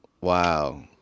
wow